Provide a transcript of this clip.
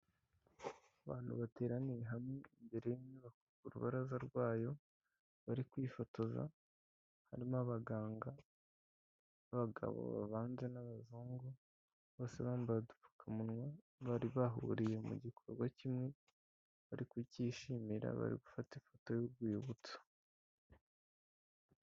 Abantu bateraniye hamwe imbere y'inyubako ku rubaraza rwayo, bari kwifotoza, harimo abaganga b'abagabo bavanze n'abazungu, bose bambaye udupfukamunwa, bari bahuriye mu gikorwa kimwe bari kucyishimira, bari gufata ifoto y'urwibutso.